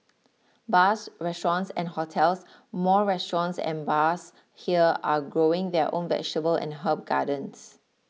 bars restaurants and hotels more restaurants and bars here are growing their own vegetable and herb gardens